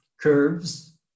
curves